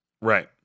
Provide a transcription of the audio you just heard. Right